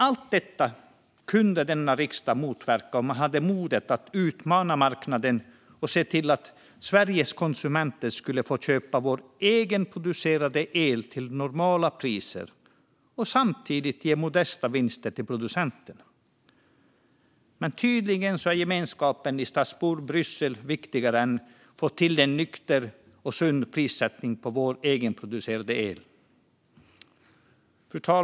Allt detta skulle denna riksdag kunna motverka om man hade modet att utmana marknaden och se till att Sveriges konsumenter skulle få köpa vår egenproducerade el till normala priser och samtidigt ge modesta vinster till producenterna. Men tydligen är gemenskapen i Strasbourg och Bryssel viktigare än att få till en nykter och sund prissättning på vår egenproducerade el. Fru talman!